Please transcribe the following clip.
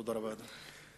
תודה רבה, אדוני.